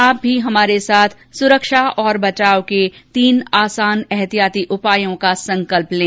आप भी हमारे साथ सुरक्षा और बचाव के तीन आसान एहतियाती उपायों का संकल्प लें